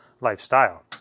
lifestyle